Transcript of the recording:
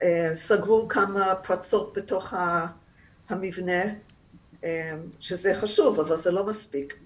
סגרו כמה פרצות בתוך המבנה שזה חשוב אבל זה לא מספיק.